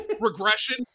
regression